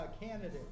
candidate